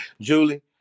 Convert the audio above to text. julie